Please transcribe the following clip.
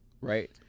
right